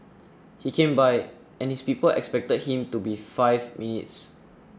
he came by and his people expected him to be five minutes